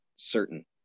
Certain